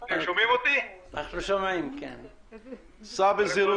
אנחנו צריכים לצאת בקריאה